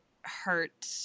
hurt